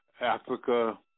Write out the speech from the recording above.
africa